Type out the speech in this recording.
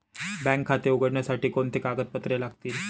Bank खाते उघडण्यासाठी कोणती कागदपत्रे लागतील?